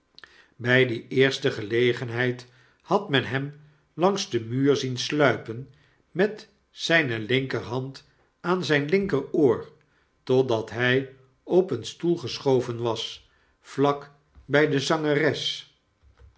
bg die eerste gelegenheid had men hem langs den muur zien sluipen met zyne linkerhand aan zijn linkeroor totdat hg op een stoel geschoven was vlak bg de zangeres